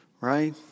Right